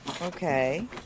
okay